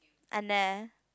and there